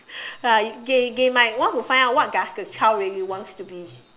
ya they they might want to find out what does the child really wants to be